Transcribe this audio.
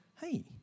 hey